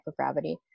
microgravity